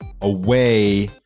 away